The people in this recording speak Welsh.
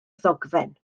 ddogfen